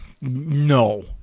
No